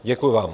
Děkuji vám.